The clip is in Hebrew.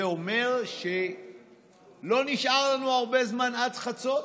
זה אומר שלא נשאר לנו הרבה זמן עד חצות,